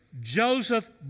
Joseph